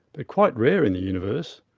ah quite rare in the universe,